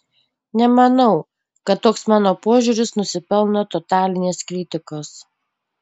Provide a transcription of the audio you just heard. nemanau kad toks mano požiūris nusipelno totalinės kritikos